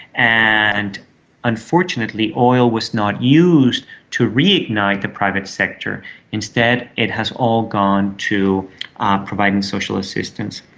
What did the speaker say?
and unfortunately oil was not used to reignite the private sector instead it has all gone to ah providing social assistance.